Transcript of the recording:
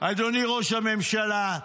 אדוני ראש הממשלה,